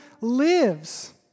lives